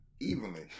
Evenly